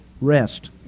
Rest